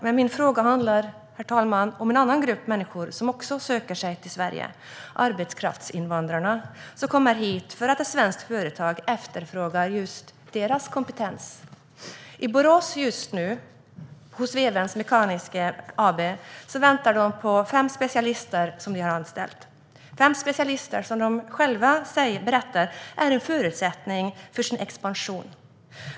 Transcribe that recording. Men min fråga, herr talman, handlar om en annan grupp människor som också söker sig till Sverige - arbetskraftsinvandrarna som kommer hit för att ett svenskt företag efterfrågar just deras kompetens. I Borås väntar just nu Vevens Mekaniska AB på fem specialister som man har anställt. Det är fem specialister som är en förutsättning för verksamhetens expansion, berättar företaget självt.